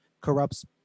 corrupts